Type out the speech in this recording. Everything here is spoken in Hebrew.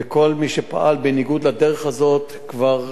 וכל מי שפעל בניגוד לדרך הזאת כבר,